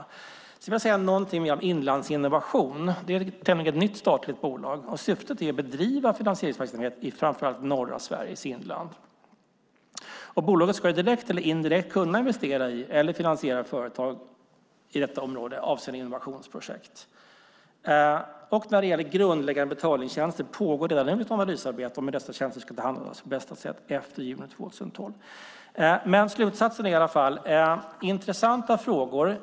Sedan vill jag säga någonting mer om Inlandsinnovation. Det är ett tämligen nytt statligt bolag, och syftet är att bedriva finansieringsverksamhet i framför allt norra Sveriges inland. Bolaget ska, direkt eller indirekt, kunna investera i eller finansiera företag i detta område avseende innovationsprojekt. När det gäller grundläggande betalningstjänster pågår redan nu ett analysarbete om hur dessa tjänster ska behandlas på bästa sätt efter juni 2012. Slutsatsen är i alla fall att detta är intressanta frågor.